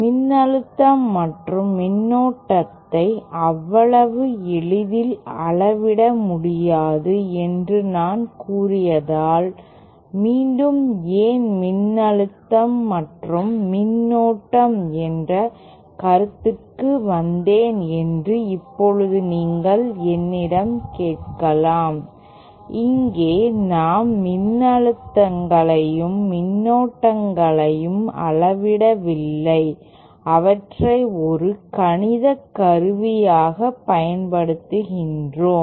மின்னழுத்தம் மற்றும் மின்னோட்டத்தை அவ்வளவு எளிதில் அளவிட முடியாது என்று நான் கூறியதால் மீண்டும் ஏன் மின்னழுத்தம் மற்றும் மின்னோட்டம் என்ற கருத்துக்கு வந்தேன் என்று இப்போது நீங்கள் என்னிடம் கேட்கலாம் இங்கே நாம் மின்னழுத்தங்களையும் மின்னோட்டங்களையும் அளவிடவில்லை அவற்றை ஒரு கணித கருவியாகப் பயன்படுத்துகிறோம்